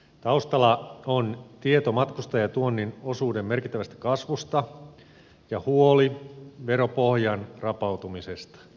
taustalla on tieto matkustajatuonnin osuuden merkittävästä kasvusta ja huoli veropohjan rapautumisesta